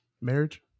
Marriage